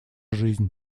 жизнь